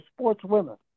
sportswomen